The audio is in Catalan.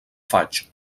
faig